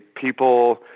people